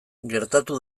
gertatu